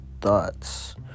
Thoughts